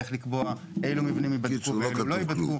איך לקבוע אילו מבנים ייבדקו ואילו לא ייבדקו.